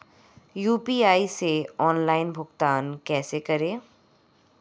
UPI से online भुगतान कैसे करें?